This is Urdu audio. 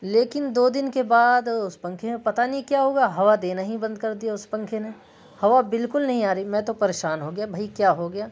لیکن دو دن کے بعد اس پنکھے میں پتہ نہیں کیا ہوا ہوا دینا ہی بند کردیا اس پنکھے نے ہوا بالکل نہیں آ رہی میں تو پریشان ہو گیا بھائی کیا ہو گیا